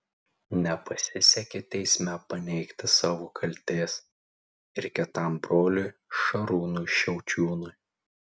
nepasisekė teisme paneigti savo kaltės ir kitam broliui šarūnui šiaučiūnui